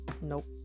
Nope